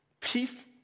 peace